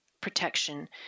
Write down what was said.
protection